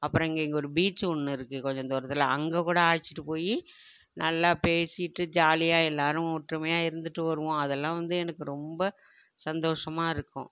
அப்பறம் இங்கே ஒரு பீச் ஒன்று இருக்குது கொஞ்ச தூரத்தில் அங்கே கூட அழைச்சுட்டு போய் நல்லா பேசிவிட்டு ஜாலியாக எல்லோரும் ஒற்றுமையாக இருந்துவிட்டு வருவோம் அதெல்லாம் வந்து எனக்கு ரொம்ப சந்தோஷமாக இருக்கும்